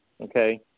okay